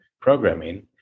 programming